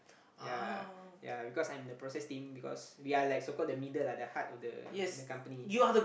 ya ya because I'm the process team because we are like so called the middle lah the heart of the the company